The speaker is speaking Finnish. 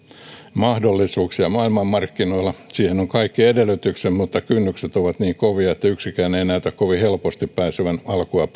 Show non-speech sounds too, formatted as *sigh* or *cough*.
mahdollisuuksia maailmanmarkkinoilla siihen on kaikki edellytykset mutta kynnykset ovat niin kovia että yksikään ei näytä kovin helposti pääsevän alkua *unintelligible*